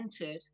entered